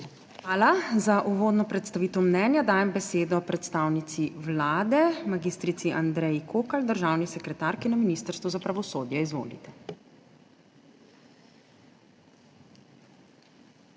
Hvala. Za uvodno predstavitev mnenja dajem besedo predstavnici Vlade mag. Andreji Kokalj, državni sekretarki na Ministrstvu za pravosodje. Izvolite.